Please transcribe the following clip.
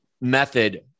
method